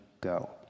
go